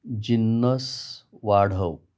जिन्नस वाढव